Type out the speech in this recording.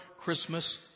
Christmas